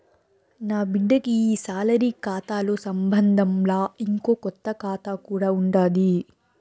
నాబిడ్డకి ఈ సాలరీ కాతాతో సంబంధంలా, ఇంకో కొత్త కాతా కూడా ఉండాది